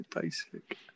basic